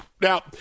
Now